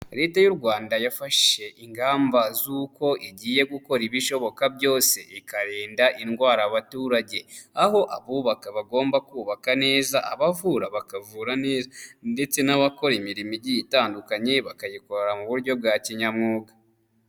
Leta y'u Rwanda yafashe ingamba z'uko igiye gukora ibishoboka byose ikarinda indwara abaturage aho abubaka bagomba kubaka neza abavura bakavura ndetse n'abakora imirimo igiye itandukanye bakayikora mu buryo bwa kinyamwuga.